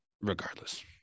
Regardless